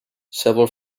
several